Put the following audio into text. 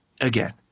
again